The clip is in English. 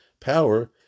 power